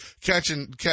catching